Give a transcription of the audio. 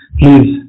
please